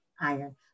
iron